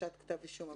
הגשת כתב אישום.